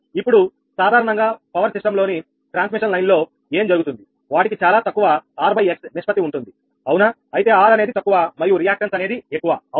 ఇప్పుడు సాధారణంగా power system లోని ట్రాన్స్మిషన్ లైన్ లో ఏమి జరుగుతుందివాటికి చాలా తక్కువ RX నిష్పత్తి ఉంటుంది అవునా అయితే ఆర్ అనేది తక్కువ మరియు రియాక్ట్ న్స్ అనేది ఎక్కువ అవునా